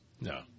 No